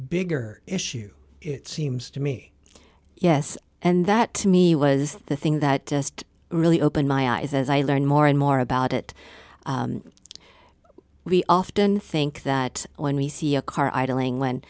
bigger issue it seems to me yes and that to me was the thing that just really opened my eyes as i learned more and more about it we often think that when we see a car idling when